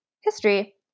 history